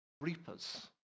reapers